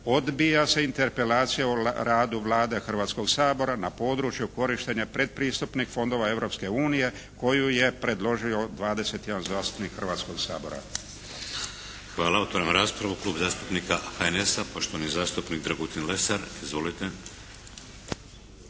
Odbija se interpelacija o radu Vlade Hrvatskog sabora na području korištenja predpristupnih fondova Europske unije koju je predložio 21 zastupnik Hrvatskog sabora. **Šeks, Vladimir (HDZ)** Hvala. Otvaram raspravu. Klub zastupnika HNS-a poštovani zastupnik Dragutin Lesar. Izvolite.